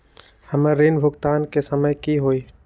हमर ऋण भुगतान के समय कि होई?